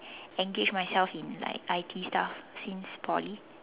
engage myself in like I_T stuff since Poly